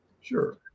sure